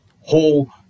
whole